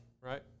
right